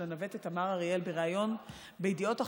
הנווטת תמר אריאל בריאיון בידיעות אחרונות.